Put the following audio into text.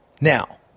Now